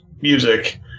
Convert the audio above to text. music